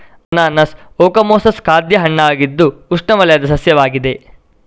ಅನಾನಸ್ ಓಕಮೊಸಸ್ ಖಾದ್ಯ ಹಣ್ಣಾಗಿದ್ದು ಉಷ್ಣವಲಯದ ಸಸ್ಯವಾಗಿದೆ